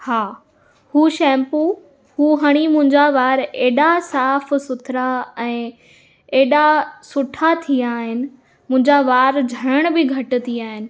हा हू शैम्पू हू हणी मुंहिंजा वार एॾा साफ़ु सुथरा ऐं एॾा सुठा थी विया आहिनि मुंहिंजा वार झड़णु बि घटि थी विया आहिनि